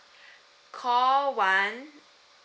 call one